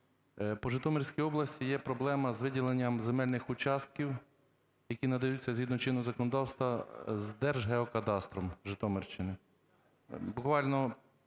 По Житомирській області є проблема з виділенням земельнихучастків, які надаються згідно чинного законодавства Держгеокадастром Житомирщини. Буквально